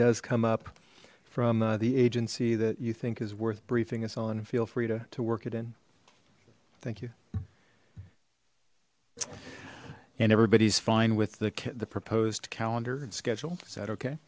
does come up from the agency that you think is worth briefing us on and feel free to to work it in thank you and everybody's fine with the kit the proposed calendar and schedule is that okay